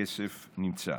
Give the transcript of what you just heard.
הכסף נמצא.